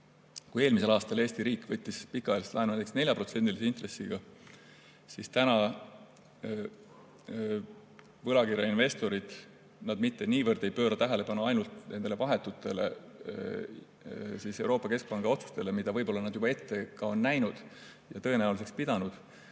kui eelmisel aastal Eesti riik võttis pikaajalist laenu 4%-lise intressiga, siis täna võlakirjainvestorid mitte niivõrd ei pööra tähelepanu ainult nendele vahetutele Euroopa Keskpanga otsustele, mida nad võib-olla on juba ette näinud ja tõenäoliseks pidanud,